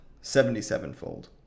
seventy-sevenfold